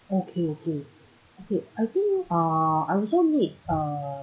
okay okay okay I think uh I also need uh